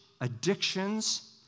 addictions